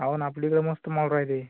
हो ना आपल्या इकडे मस्त माहोल राहते